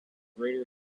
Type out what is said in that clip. greater